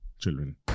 children